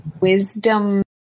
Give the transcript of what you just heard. wisdom